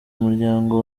umuryango